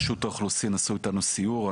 רשות האוכלוסין עשו איתנו סיור,